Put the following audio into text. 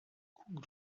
coût